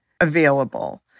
available